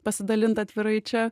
pasidalint atvirai čia